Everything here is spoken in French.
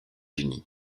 unis